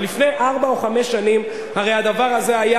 לפני ארבע או חמש שנים הרי הדבר הזה היה